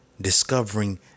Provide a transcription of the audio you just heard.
discovering